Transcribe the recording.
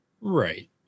Right